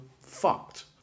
fucked